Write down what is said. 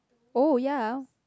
oh ya